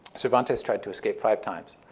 cervantes tried to escape five times.